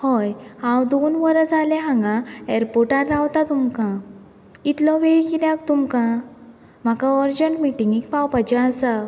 हय हांव दोन वरां जालें हांगा एअरपोर्टार रावतां तुमकां इतलो वेळ कित्याक तुमकां म्हाका अर्जंट मिटिंगेंक पावपाचें आसा